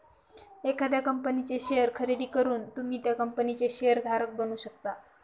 एखाद्या कंपनीचे शेअर खरेदी करून तुम्ही त्या कंपनीचे शेअर धारक बनू शकता